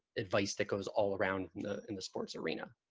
advice that goes all around in the sports arena.